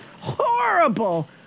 horrible